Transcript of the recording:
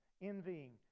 envying